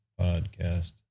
podcast